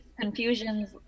confusions